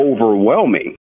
overwhelming